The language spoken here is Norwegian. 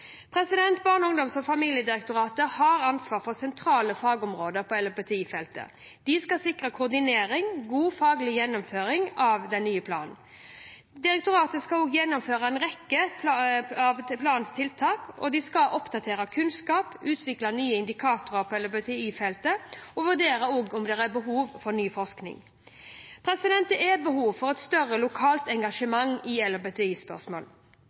familiedirektoratet har ansvaret for sentrale fagoppgaver på LHBTI-feltet. De skal sikre koordinering og god faglig gjennomføring av den nye planen. Direktoratet skal også gjennomføre en rekke av planens tiltak, bl.a. oppdatere kunnskap, utvikle nye indikatorer på LHBTI-feltet og vurdere om det er behov for ny forskning. Det er behov for et større lokalt engasjement i